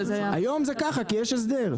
היום זה ככה כי יש הסדר,